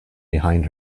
behind